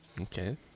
Okay